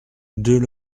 deux